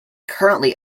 currently